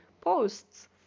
posts